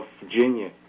Virginia